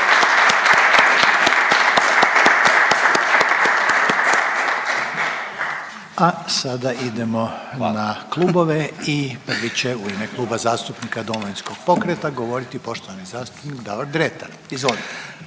A sada idemo na klubove i bit će u ime Kluba zastupnika Domovinskog pokreta govoriti poštovani zastupnik Davor Dretar. Izvolite.